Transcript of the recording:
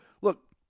Look